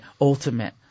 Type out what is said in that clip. ultimate